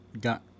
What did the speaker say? got